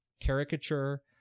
caricature